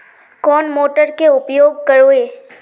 कौन मोटर के उपयोग करवे?